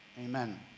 Amen